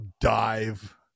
dive